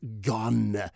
gone